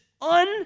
un